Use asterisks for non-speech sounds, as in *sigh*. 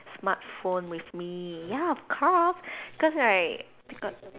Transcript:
smartphone with me ya of cause because right *noise*